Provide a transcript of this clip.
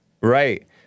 Right